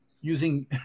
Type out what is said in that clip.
Using